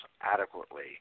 adequately